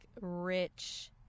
rich